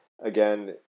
again